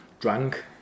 Drunk